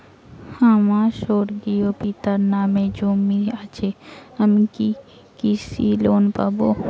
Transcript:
আমার স্বর্গীয় পিতার নামে জমি আছে আমি কি কৃষি লোন পাব?